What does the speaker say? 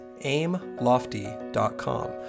aimlofty.com